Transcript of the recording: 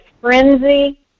frenzy